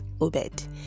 Obed